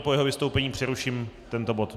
Po jeho vystoupení přeruším tento bod.